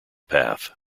path